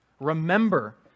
Remember